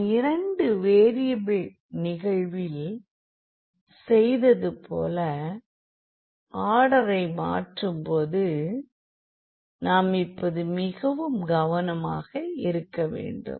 நாம் இரண்டு வேரியபிள் நிகழ்வில் செய்தது போல ஆர்டரை மாற்றும் போது நாம் இப்போது மிகவும் கவனமாக இருக்க வேண்டும்